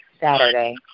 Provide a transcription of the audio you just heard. Saturday